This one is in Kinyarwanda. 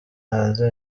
hanze